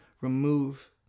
remove